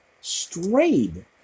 strayed